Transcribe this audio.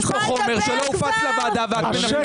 יש פה חומר שלא הופץ לוועדה ואת --- אדוני יושב ראש הוועדה,